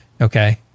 Okay